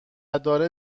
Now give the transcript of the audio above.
داره